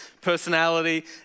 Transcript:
personality